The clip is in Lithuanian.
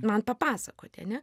man papasakoti ane